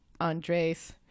Andres